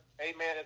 amen